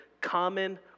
common